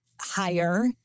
higher